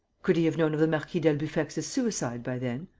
could he have known of the marquis d'albufex' suicide by then?